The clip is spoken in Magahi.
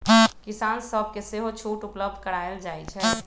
किसान सभके सेहो छुट उपलब्ध करायल जाइ छइ